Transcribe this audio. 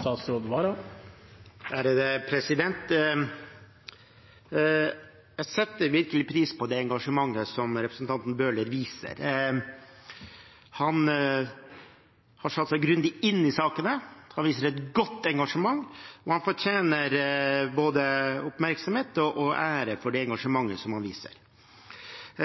Jeg setter virkelig pris på det engasjementet som representanten Bøhler viser. Han har satt seg grundig inn i sakene. Han viser et godt engasjement, og han fortjener både oppmerksomhet og ære for det engasjementet han viser.